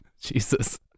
Jesus